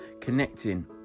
connecting